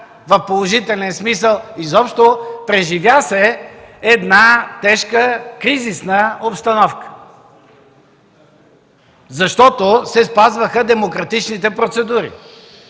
в положителен смисъл. Изобщо преживя се една тежка кризисна обстановка, защото се спазваха демократичните процедури.